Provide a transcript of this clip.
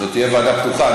זאת תהיה ועדה פתוחה.